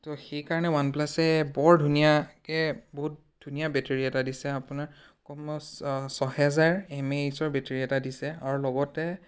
তো সেইকাৰণে ওৱান প্লাছে বৰ ধুনীয়াকৈ বহুত ধুনীয়া বেটেৰি এটা দিছে আপোনাৰ কমেও ছহেজাৰ এম এইচৰ বেটেৰি এটা দিছে আৰু লগতে